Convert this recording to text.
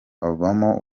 avamo